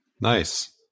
Nice